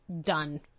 done